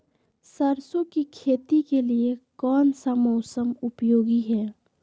सरसो की खेती के लिए कौन सा मौसम उपयोगी है?